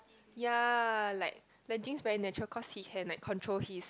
ya like the genes very natural cause he can like control his